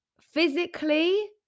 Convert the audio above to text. physically